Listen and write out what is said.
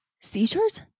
Seizures